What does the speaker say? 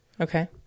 Okay